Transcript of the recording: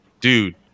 dude